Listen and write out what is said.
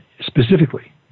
specifically